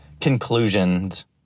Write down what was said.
Conclusions